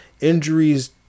Injuries